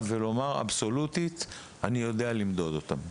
אותם ולומר אבסולוטית "אני יודע למדוד אותם"?